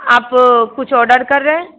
आप कुछ ऑर्डर कर रहे